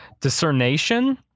discernation